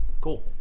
Cool